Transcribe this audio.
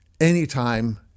Anytime